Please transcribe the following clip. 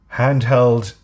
handheld